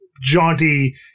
jaunty